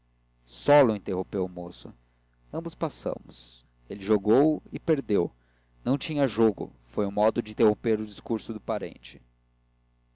solo interrompeu o moço ambos passamos ele jogou e perdeu não tinha jogo foi um modo de interromper o discurso do parente